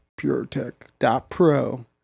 puretech.pro